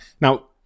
Now